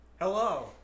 hello